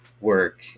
work